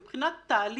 מבחינת התהליך,